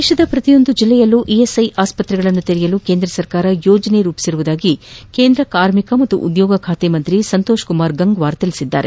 ದೇಶದ ಪ್ರತಿಯೊಂದು ಜಿಲ್ಲೆಯಲ್ಲಿಯೂ ಇಎಸ್ಐ ಆಸ್ಪತ್ರೆಗಳನ್ನು ತೆರೆಯಲು ಕೇಂದ್ರ ಸರ್ಕಾರ ಯೋಜನೆ ರೂಪಿಸಿದೆ ಎಂದು ಕೇಂದ್ರ ಕಾರ್ಮಿಕ ಮತ್ತು ಉದ್ಯೋಗ ಖಾತೆ ಸಚಿವ ಸಂತೋಷ್ ಕುಮಾರ್ ಗಂಗ್ವಾರ್ ತಿಳಿಸಿದ್ದಾರೆ